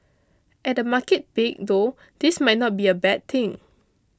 at a market peak though this might not be a bad thing